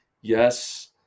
Yes